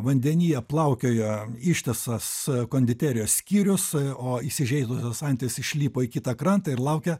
vandenyje plaukiojo ištisas konditerijos skyrius o įsižeidusios antys išlipo į kitą krantą ir laukia